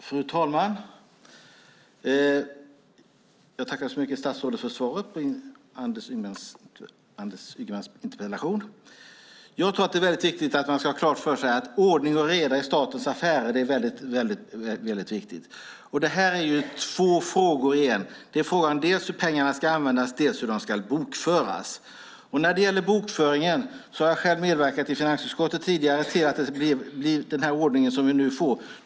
Fru talman! Jag tackar statsrådet så mycket för svaret på Anders Ygemans interpellation. Man ska ha klart för sig att ordning och reda i statens affärer är väldigt viktigt. Detta är två frågor i en. Det handlar dels om hur pengarna ska användas, dels om hur de ska bokföras. När det gäller bokföringen har jag själv tidigare i finansutskottet medverkat till att det blir den ordning som vi nu får.